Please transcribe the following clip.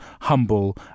humble